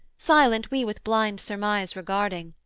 silent we with blind surmise regarding,